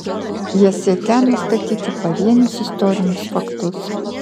jie siekią nustatyti pavienius istorinius faktus